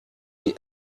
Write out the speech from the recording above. die